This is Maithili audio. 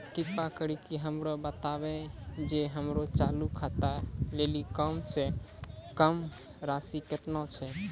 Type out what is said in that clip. कृपा करि के हमरा बताबो जे हमरो चालू खाता लेली कम से कम राशि केतना छै?